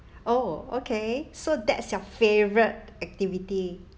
oh okay so that's your favourite activity